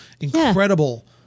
incredible